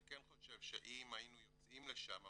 אני כן חושב שאם היינו יוצאים לשם,